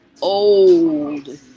old